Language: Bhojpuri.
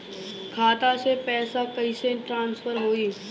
खाता से पैसा कईसे ट्रासर्फर होई?